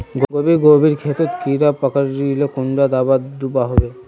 गोभी गोभिर खेतोत कीड़ा पकरिले कुंडा दाबा दुआहोबे?